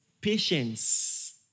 patience